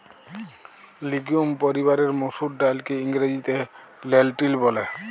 legume পরিবারের মসুর ডাইলকে ইংরেজিতে লেলটিল ব্যলে